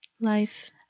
Life